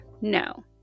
no